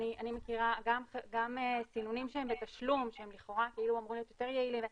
אני מכירה גם סינונים שהם בתשלום שלכאורה אמורים להיות יותר יעילים.